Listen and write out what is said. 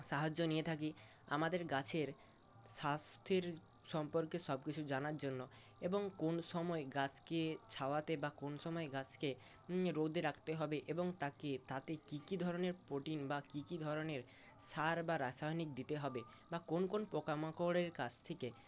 সাহায্য নিয়ে থাকি আমাদের গাছের স্বাস্থ্যের সম্পর্কে সব কিছু জানার জন্য এবং কোন সময়ে গাছকে ছায়াতে বা কোন সময় গাছকে রোদে রাখতে হবে এবং তাকে তাতে কী কী ধরনের প্রোটিন বা কী কী ধরনের সার বা রাসায়নিক দিতে হবে বা কোন কোন পোকামাকড়ের কাছ থেকে